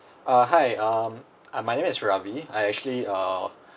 uh hi um uh my name is Ravi I actually uh